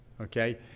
okay